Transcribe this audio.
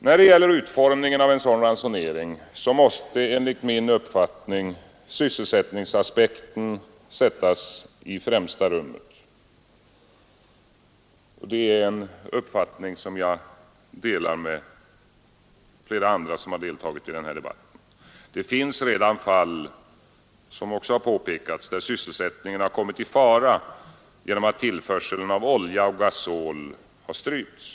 När det gäller utformningen av en sådan ransonering måste enligt min uppfattning sysselsättningsaspekten sättas i främsta rummet. Det är en uppfattning som jag delar med flera andra som deltagit i denna debatt. Det finns, som också har påpekats, redan fall där sysselsättningen kommit i fara genom att tillförseln av olja och gasol har strypts.